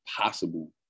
possible